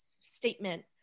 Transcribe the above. statement